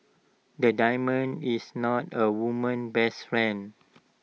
the diamond is not A woman's best friend